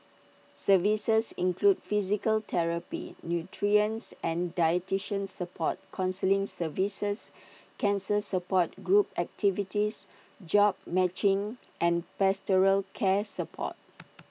services include physical therapy nutrition and dietitian support counselling services cancer support group activities jobs matching and pastoral care support